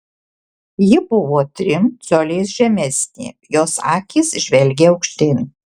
ji buvo trim coliais žemesnė jos akys žvelgė aukštyn